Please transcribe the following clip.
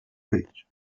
page